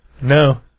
No